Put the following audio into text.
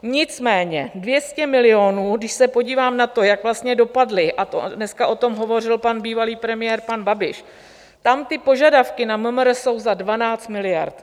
Nicméně 200 milionů, když se podívám na to, jak vlastně dopadly, a dneska o tom hovořil pan bývalý premiér, pan Babiš, tam ty požadavky na MMR jsou za 12 miliard.